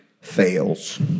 fails